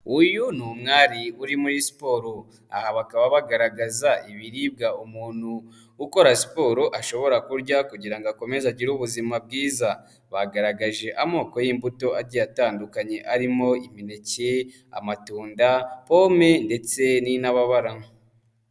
Uyu ni umwari uri muri siporo, aha bakaba bagaragaza ibiribwa umuntu ukora siporo ashobora kurya kugira ngo akomeze agire ubuzima bwiza, bagaragaje amoko y'imbuto agiye atandukanye arimo imineke, amatunda, pome, ndetse n'intababarana.